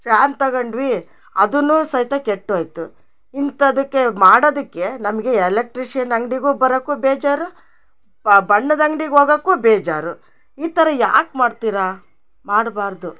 fan ತಗಂಡ್ವಿ ಅದುನ್ನೂ ಸಹಿತ ಕೆಟ್ಟ ಹೋಯ್ತು ಇಂಥದುಕ್ಕೆ ಮಾಡದಿಕ್ಕೆ ನಮಗೆ ಎಲೆಕ್ಟ್ರಿಷಿಯನ್ ಅಂಗಡಿಗೂ ಬರಕ್ಕೂ ಬೇಜಾರು ಪಾ ಬಣ್ಣದ ಅಂಗ್ಡಿಗೆ ಹೋಗಕ್ಕೂ ಬೇಜಾರು ಈ ಥರ ಯಾಕೆ ಮಾಡ್ತೀರಾ ಮಾಡ್ಬಾರದು